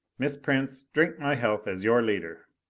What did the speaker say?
miss prince, drink my health as your leader.